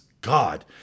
God